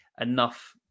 enough